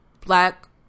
Black